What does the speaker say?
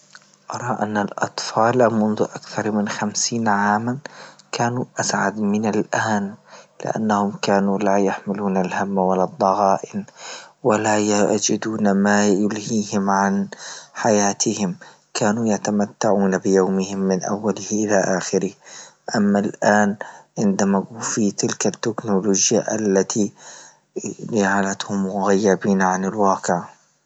أرى أن أطفال منذ أكثر من خمسين عاما كانوا أسعد من الآن لأنهم كانوا لا يحملون الهم ولا الضغائن ولا يجدون ما يلهيهم عن حياتهم كانوا يتمتعون بيومهم من أوله إلى أخره، أما آن عندما في تلك التكنولوجيا التي جعلتهم مغيبين عن الواقع.